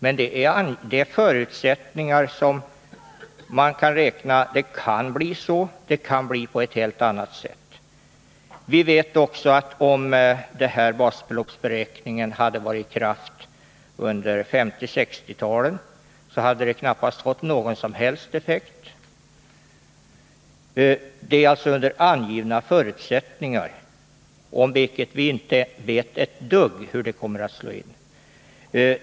Man kan räkna med att dessa förutsättningar kommer att finnas, men det kan också bli på ett helt annat sätt. Vi vet också att om den här basbeloppsberäkningen varit i kraft under 1950 och 1960-talen hade det knappast fått någon som helst effekt. Det gäller alltså under angivna förutsättningar, och vi vet inte ett dugg om hur det kommer att slå in.